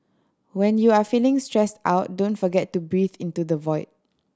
when you are feeling stressed out don't forget to breathe into the void